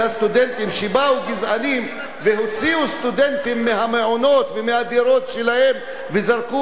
באו גזענים והוציאו אותם מהמעונות ומהדירות שלהם וזרקו אותם לרחוב.